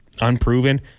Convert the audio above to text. unproven